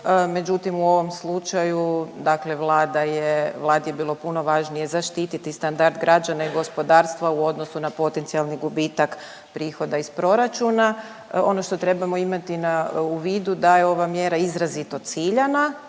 Međutim, u ovom slučaju, dakle Vlada je, Vladi je bilo puno važnije zaštititi standard građana i gospodarstva u odnosu na potencijalni gubitak prihoda iz proračuna. Ono što trebamo imati u vidu da je ova mjera izrazito ciljana